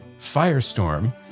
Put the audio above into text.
firestorm